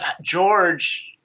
george